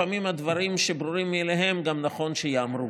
לפעמים הדברים שברורים מאליהם גם נכון שייאמרו.